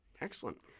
Excellent